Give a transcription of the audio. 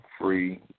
free